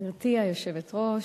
גברתי היושבת-ראש,